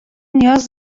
نیاز